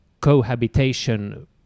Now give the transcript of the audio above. cohabitation